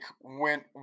went